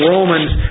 Romans